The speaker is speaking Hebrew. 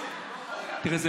תראה,